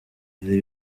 byari